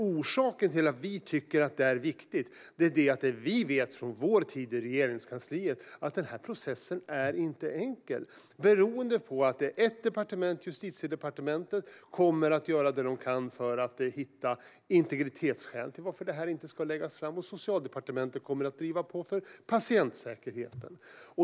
Orsaken till att vi tycker att tillkännagivandet är viktigt är att vi vet från vår tid i Regeringskansliet att den här processen inte är enkel. Det beror på att Justitiedepartementet kommer att göra det man kan för att hitta integritetsskäl till att det här inte ska läggas fram medan Socialdepartementet kommer att driva på för patientsäkerheten.